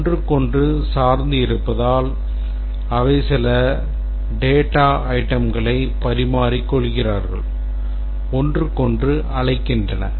ஒன்றுக்கொன்று சார்ந்து இருப்பதால் அவை சில data itemகளை பரிமாறிக்கொள்கிறார்கள் ஒன்றுக்கொன்று அழைக்கின்றன